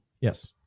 Yes